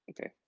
okay